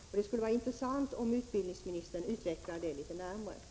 Det skulle vara intressant om utbildningsministern utvecklade det litet närmare.